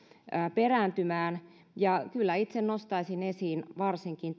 perääntymään ja kyllä itse nostaisin esiin varsinkin